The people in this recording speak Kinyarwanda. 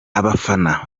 abafana